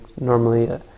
normally